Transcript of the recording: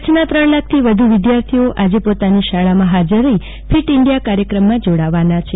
કચ્છના ત્રણ લાખથી વધ્ વિદ્યાર્થીઓ આજે પોતાની શાળામાં હાજર રહી ફીટ ઇન્ડિયા કાર્યક્રમમાં જોડાવાના છે